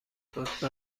لطفا